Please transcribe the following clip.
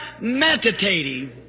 meditating